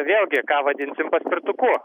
vėlgi ką vadinsim paspirtuku